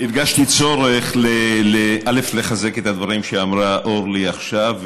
הרגשתי צורך לחזק את הדברים שאורלי אמרה עכשיו,